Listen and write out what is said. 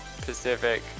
pacific